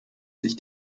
sich